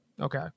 okay